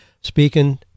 speaking